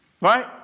Right